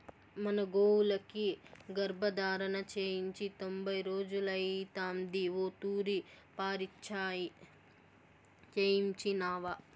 మన గోవులకి గర్భధారణ చేయించి తొంభై రోజులైతాంది ఓ తూరి పరీచ్ఛ చేయించినావా